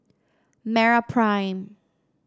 MeraPrime